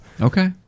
okay